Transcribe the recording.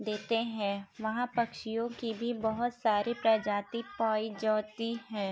دیتے ہیں وہاں پکچھیوں کی بھی بہت ساری پرجاتی پائی جاتی ہے